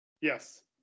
Yes